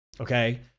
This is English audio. Okay